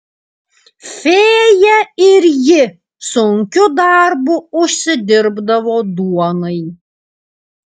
fėja ir ji sunkiu darbu užsidirbdavo duonai